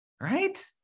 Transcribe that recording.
right